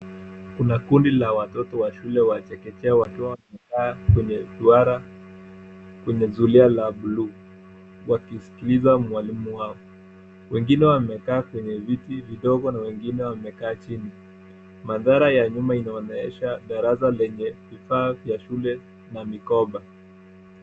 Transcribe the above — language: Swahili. Kuna kundi la watoto wa shule ya chekechea wakiwa wamekaa kwenye duara kwenye zulia la buluu, wakimsikiliza mwalimu wao. Wengine wamekaa kwenye viti vidogona wengine wamekaa chini. Mandhara ya nyuma inaonyesha darasa lenye vifaa vya shule na mikoba.